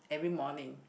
every morning